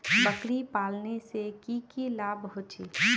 बकरी पालने से की की लाभ होचे?